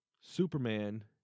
Superman